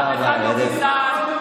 אף אחד לא גזען,